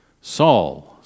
Saul